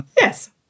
Yes